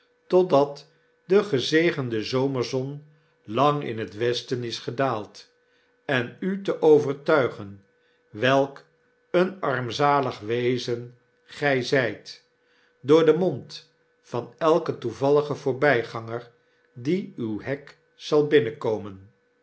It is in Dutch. totdat de gezegende zomerzon lang in het westen is gedaald en u te overtuigen welk een armzalig wezen gy zijt door den mond van elken toevalligen voorbyganger die uw hek zal binnenkomen